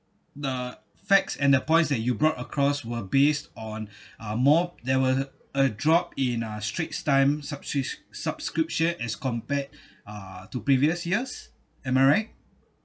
the facts and the points that you brought across were based on uh more there were a drop in a straits time subsi~ subscription as compared uh to previous years am I right